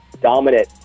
dominant